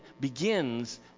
begins